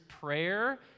prayer